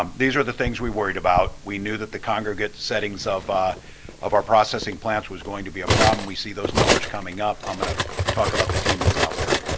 um these are the things we worried about, we knew that the congregate settings of ah of our processing plants was going to be a problem. we see those numbers coming up. i'm going to ah talk about the team that's out there?